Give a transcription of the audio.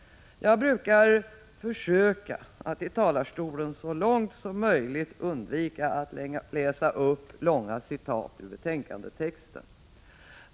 Jag brukar försöka att i talarstolen så långt som möjligt undvika att läsa upp långa citat ur betänkandetexten.